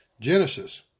Genesis